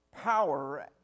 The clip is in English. power